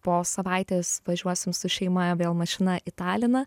po savaitės važiuosim su šeima vėl mašina į taliną